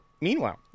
Meanwhile